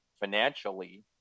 financially